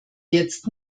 jetzt